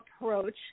approach